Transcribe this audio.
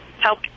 help